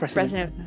President